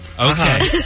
Okay